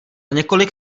několik